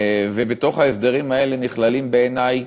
ובתוך ההסדרים האלה נכללים בעיני,